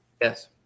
yes